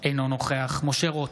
אינו נוכח משה רוט,